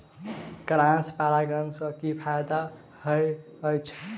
Cross परागण सँ की फायदा हएत अछि?